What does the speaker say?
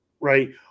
right